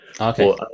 Okay